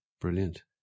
Brilliant